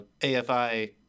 AFI